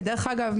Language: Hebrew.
ודרך אגב,